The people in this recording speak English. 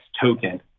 token